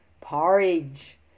Porridge